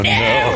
no